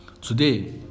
Today